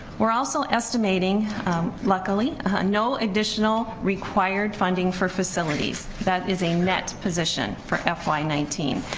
we're also estimating luckily ah no additional required funding for facilities, that is a net position for ah fy nineteen,